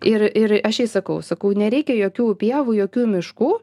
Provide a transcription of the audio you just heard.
ir ir aš jau sakau sakau nereikia jokių pievų jokių miškų